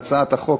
בעד ההצעה,